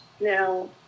Now